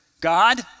God